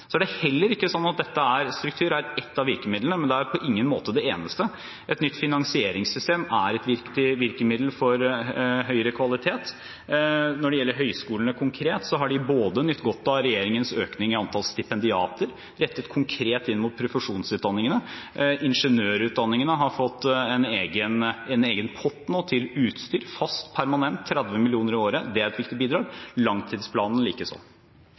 Struktur er ett av virkemidlene, men det er på ingen måte det eneste. Et nytt finansieringssystem er et viktig virkemiddel for høyere kvalitet. Når det gjelder høyskolene konkret, har de nytt godt av regjeringens økning i antall stipendiater rettet konkret inn mot profesjonsutdanningene. Ingeniørutdanningene har fått en egen pott nå til utstyr – fast, permanent, 30 mill. kr i året. Det er et viktig bidrag, langtidsplanen